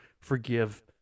forgive